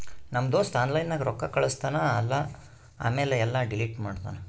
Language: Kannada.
ನಮ್ ದೋಸ್ತ ಆನ್ಲೈನ್ ನಾಗ್ ರೊಕ್ಕಾ ಕಳುಸ್ತಾನ್ ಅಲ್ಲಾ ಆಮ್ಯಾಲ ಎಲ್ಲಾ ಡಿಲೀಟ್ ಮಾಡ್ತಾನ್